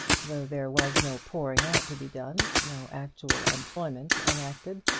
though there was no pouring out to be done, no actual employment enacted,